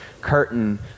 curtain